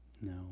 No